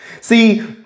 see